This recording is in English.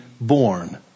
born